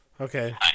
Okay